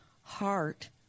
heart